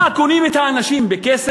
מה, קונים את האנשים בכסף?